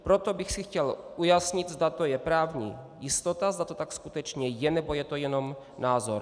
Proto bych si chtěl ujasnit, zda to je právní jistota, zda to tak skutečně je, nebo je to jenom názor.